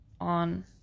on